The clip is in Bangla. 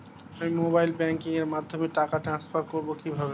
আমি মোবাইল ব্যাংকিং এর মাধ্যমে টাকা টান্সফার করব কিভাবে?